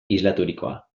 islaturikoa